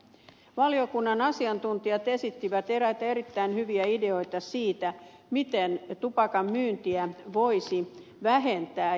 valiokunnan asiantuntijat esittivät eräitä erittäin hyviä ideoita siitä miten tupakanmyyntiä voisi vähentää